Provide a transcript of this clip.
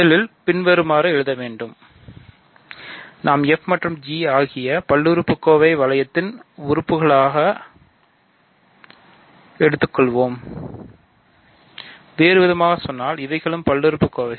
முதலில் பின்வருமாறு எழுத வேண்டும் நாம் f மற்றும் g ஆகியவை பல்லுறுப்புக்கோவை வளையத்தின் உறுப்புக்காக எடுத்துக்கொள்வோம் வேறுவிதமாக சொன்னால் இவைகளும் பல்லுறுப்புக்கோவைகள்